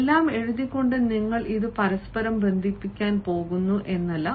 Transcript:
എല്ലാം എഴുതിക്കൊണ്ട് നിങ്ങൾ ഇത് പരസ്പരം ബന്ധിപ്പിക്കാൻ പോകുന്നു എന്നല്ല